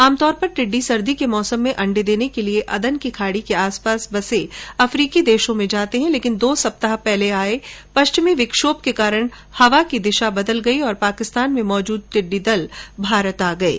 आमतौर पर टिड्डी सर्दी के मौसम में अंडे देने के लिए अदन की खाड़ी के आसपास बसे अफ्रीकी देशों में जाती है लेकिन दो सप्ताह पहले आए पश्चिमी विक्षोभ के कारण हवा की दिशा बदलने से पाकिस्तान में मौजूद टिड्डी दल भारत आ गए हैं